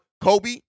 Kobe